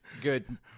good